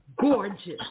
gorgeous